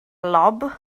lob